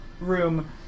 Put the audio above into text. room